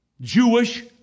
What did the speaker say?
Jewish